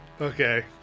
Okay